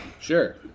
Sure